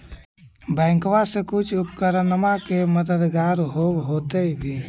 बैंकबा से कुछ उपकरणमा के मददगार होब होतै भी?